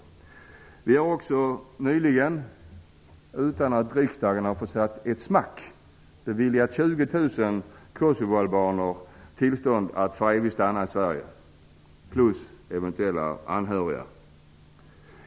Nyligen har vi också -- utan att riksdagen har fått säga ett smack -- beviljat 20 000 kosovoalbaner, plus eventuella anhöriga, tillstånd att stanna för evigt i Sverige.